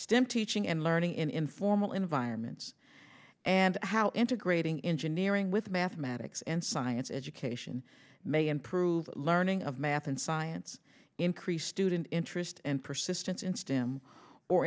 stem teaching and learning in informal environments and how integrating engine earing with mathematics and science education may improve learning of math and science increase student interest and persistence in stem or